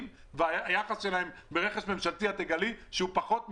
ואת תגלי שהיחס שלהם ברכש ממשלתי הוא פחות מרבע,